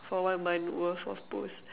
for one month worth of posts